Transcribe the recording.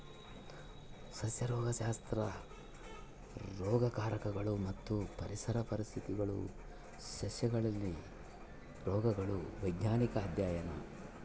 ಸಸ್ಯ ರೋಗಶಾಸ್ತ್ರ ರೋಗಕಾರಕಗಳು ಮತ್ತು ಪರಿಸರ ಪರಿಸ್ಥಿತಿಗುಳು ಸಸ್ಯಗಳಲ್ಲಿನ ರೋಗಗಳ ವೈಜ್ಞಾನಿಕ ಅಧ್ಯಯನ